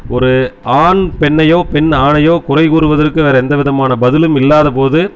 ஒரு ஆண் பெண்ணையோ பெண் ஆணையோ குறை கூறுவற்கு வேறு எந்த விதமான பதிலும் இல்லாத போது